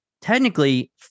Technically